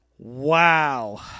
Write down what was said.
Wow